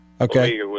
Okay